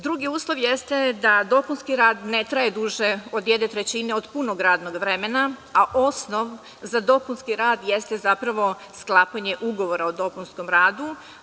Drugi uslov jeste da dopunski rad ne traje duže od jedne trećine od punog radnog vremena, a osnov za dopunski rad jeste zapravo sklapanje ugovora o dopunskom radu.